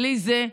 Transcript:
בלי זה,